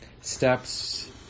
steps